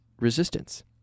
resistance